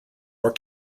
were